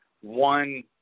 one